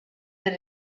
that